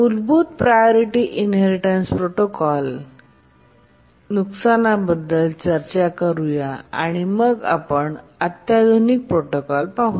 मूलभूत priority inheritance protocol च्या नुकसानाबद्दल चर्चा करूया आणि मग आम्ही अधिक अत्याधुनिक प्रोटोकॉल पाहू